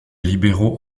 libéraux